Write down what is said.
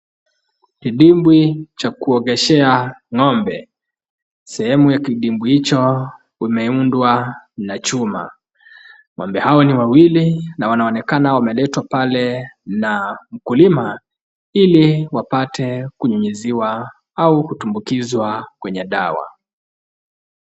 Kidimbwi cha kuogeshea ng'ombe. Sehemu ya kidimbwi hicho umeundwa na chuma. Ngombe hao ni wawili na wanaonekana wameletwa pale na mkulima ili wapate kunyunyiziwa au kutumbukizwa kwenye dawa.